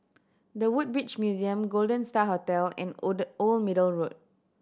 The Woodbridge Museum Golden Star Hotel and Old Old Middle Road